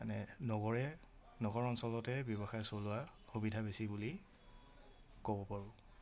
মানে নগৰে নগৰ অঞ্চলতে ব্যৱসায় চলোৱা সুবিধা বেছি বুলি ক'ব পাৰোঁ